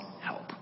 help